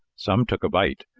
some took a bite,